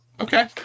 Okay